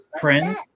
friends